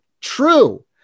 True